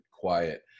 quiet